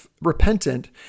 repentant